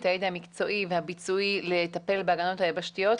את הידע המקצועי והביצועי לטפל בהגנות היבשתיות?